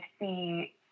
see